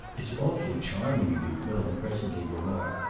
it's awfully charming of you, bilham presently remarked,